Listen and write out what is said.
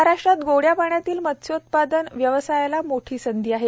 महाराष्ट्रात गोड्या पाण्यातील मत्स्योत्पादन व्यवसायाला मोठी संधी आहे